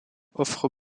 offre